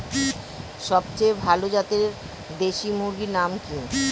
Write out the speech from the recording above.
সবচেয়ে ভালো জাতের দেশি মুরগির নাম কি?